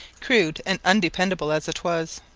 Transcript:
crude and undependable as it was.